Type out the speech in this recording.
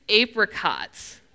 apricots